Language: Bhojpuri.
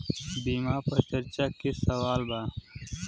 बीमा पर चर्चा के सवाल बा?